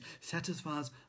satisfies